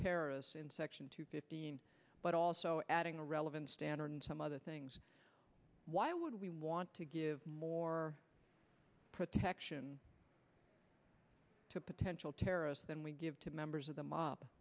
terrorists in section two fifteen but also adding a relevant standard some other things why would we want to give more protection to potential terrorists than we give to members of the mob